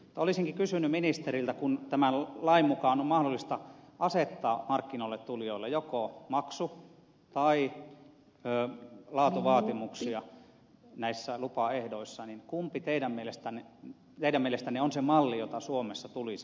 olisinkin kysynyt ministeriltä kun tämän lain mukaan on mahdollista asettaa markkinoille tulijoille joko maksu tai laatuvaatimuksia näissä lupaehdoissa kumpi teidän mielestänne on se malli jota suomessa tulisi käyttää